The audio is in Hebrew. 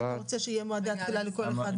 מה אתה רוצה שיהיו מועדי התחילה לכל אחד מהם?